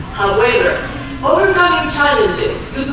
however overcoming challenges